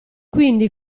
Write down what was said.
quindi